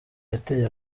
yatewe